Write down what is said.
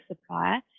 supplier